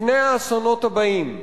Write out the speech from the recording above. לפני האסונות הבאים,